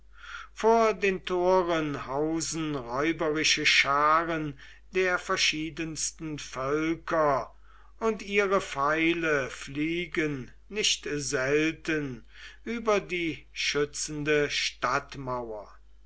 vor den toren hausen räuberische scharen der verschiedensten völker und ihre pfeile fliegen nicht selten über die schützende stadtmauer